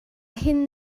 hin